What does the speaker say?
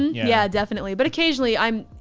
yeah, definitely. but occasionally i'm.